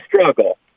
struggle